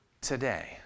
today